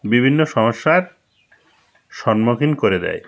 বিভিন্ন সমস্যার সন্মুখীন করে দেয়